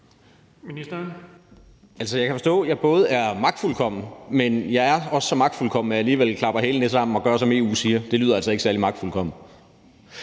Altså, jeg kan forstå, at jeg både er magtfuldkommen, og at jeg også er så magtfuldkommen, at jeg alligevel smækker hælene sammen og gør, som EU siger. Det lyder altså ikke særlig magtfuldkomment.